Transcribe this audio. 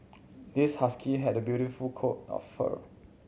this husky had a beautiful coat of fur